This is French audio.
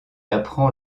apprend